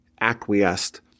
acquiesced